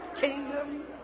kingdom